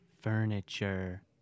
furniture